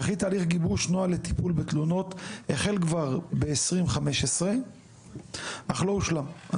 וכי תהליך גיבוש נוהל לטיפול בתלונות החל כבר ב-2015 אך לא הושלם.